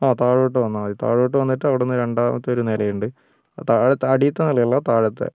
ആ താഴോട്ട് വന്നാൽ മതി താഴോട്ട് വന്നിട്ട് അവിടെനിന്ന് രണ്ടാമത്തെ ഒരു നിലയുണ്ട് അടിയിലത്തെ നില അല്ല താഴത്തെ